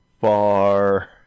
far